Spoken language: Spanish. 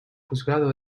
juzgado